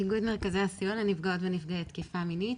איגוד מרכזי הסיוע לנפגעות ונפגעי תקיפה מינית,